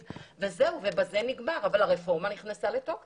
נגיד שאנחנו נעביר את זה שישנה אם אין להם את כוח האדם.